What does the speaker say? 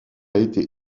été